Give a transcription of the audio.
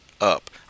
up